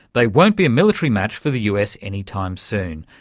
they won't be a military match for the us anytime soon.